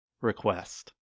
request